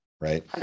right